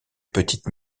petite